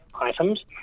items